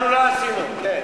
אנחנו לא עשינו, כן.